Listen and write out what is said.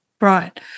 Right